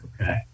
Okay